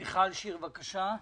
מיכל שיר, בבקשה.